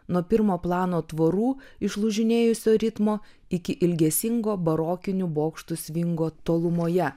nuo pirmo plano tvorų išlūžinėjusio ritmo iki ilgesingo barokinių bokštų svingo tolumoje